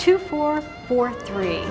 two four four three